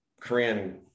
Korean